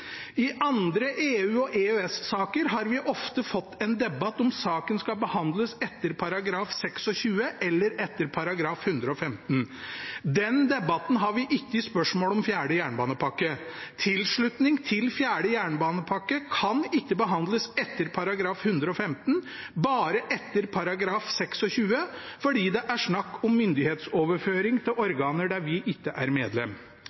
I andre EU-/EØS-saker har vi ofte fått en debatt om saken skal behandles etter § 26 eller etter § 115. Den debatten har vi ikke i spørsmålet om fjerde jernbanepakke. Tilslutning til fjerde jernbanepakke kan ikke behandles etter § 115 – bare etter § 26 – fordi det er snakk om myndighetsoverføring til organer der vi ikke er medlem.